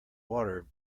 water